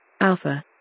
Alpha